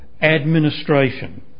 administration